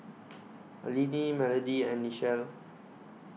Linnie Melody and Nichelle